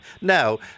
Now